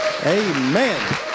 amen